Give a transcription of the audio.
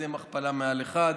מקדם ההכפלה מעל 1,